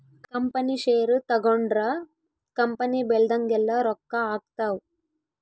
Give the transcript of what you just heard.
company ಷೇರು ತಗೊಂಡ್ರ company ಬೆಳ್ದಂಗೆಲ್ಲ ರೊಕ್ಕ ಆಗ್ತವ್